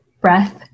breath